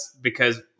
because-